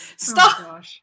Stop